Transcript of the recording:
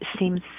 seems